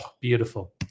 beautiful